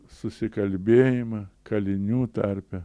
susikalbėjimą kalinių tarpe